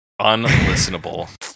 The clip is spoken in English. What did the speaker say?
Unlistenable